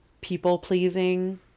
people-pleasing